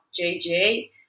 JJ